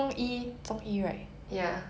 ya